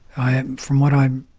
i am from what i'm.